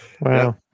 wow